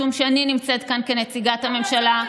משום שאני נמצאת כאן כנציגת הממשלה.